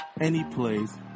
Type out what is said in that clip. anyplace